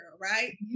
right